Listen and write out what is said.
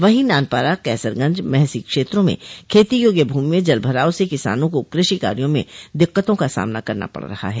वहीं नानपारा कैसरगंज महसी क्षेत्रों में खेती योग्य भूमि में जलभराव से किसानों को कृषि कार्यो में दिक्कतों का सामना करना पड़ रहा है